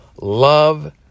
love